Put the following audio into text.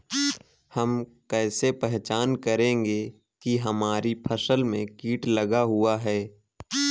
हम कैसे पहचान करेंगे की हमारी फसल में कीट लगा हुआ है?